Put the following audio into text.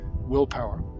willpower